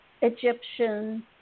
Egyptian